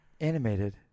animated